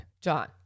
John